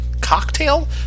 Cocktail